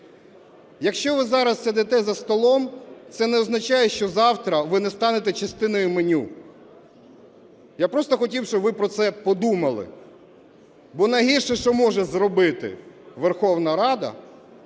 Якщо ви зараз сидите за столом, це не означає, що завтра ви не станете частиною меню. Я просто хотів, щоб ви про це подумали. Бо найгірше, що може зробити Верховна Рада